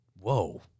whoa